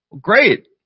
Great